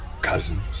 cousins